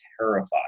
terrified